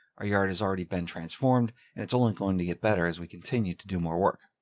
our yard has already been transformed and it's only going to get better as we continue to do more work.